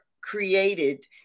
created